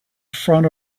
front